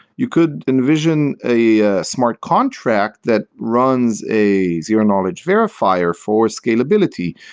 you could envision a a smart contract that runs a zero knowledge verifier for scalability,